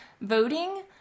voting